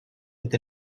with